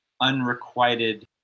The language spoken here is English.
unrequited